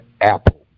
Apple